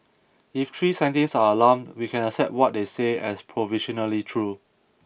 if three scientists are alarmed we can accept what they say as provisionally true